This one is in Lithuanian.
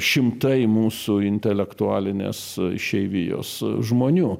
šimtai mūsų intelektualinės išeivijos žmonių